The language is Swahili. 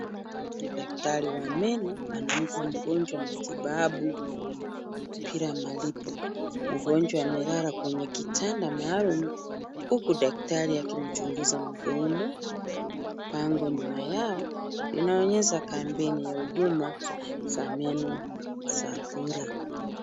Daktari wa meno anampa mgonjwa matibabu bila malipo. Mgonjwa amelala kwenye kitanda maalum, huku daktari akimchunguza mdomo. Bango nyuma yao, inaonyesha kampeni ya huduma za meno za bure.